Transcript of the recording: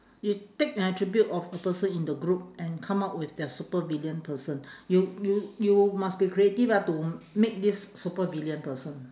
you take an attribute of a person in the group and come up with their supervillain person you you you must be creative ah to make this supervillain person